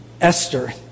Esther